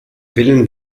willen